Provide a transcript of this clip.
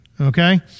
Okay